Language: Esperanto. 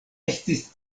estis